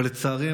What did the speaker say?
אבל לצערי,